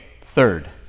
third